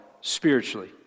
spiritually